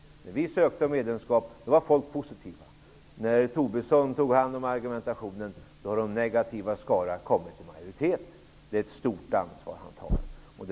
När vi ansökte om medlemskap var folk positiva. När Tobisson tog hand om argumentationen har de negativas skara kommit i majoritet. Det är ett stort ansvar han tar.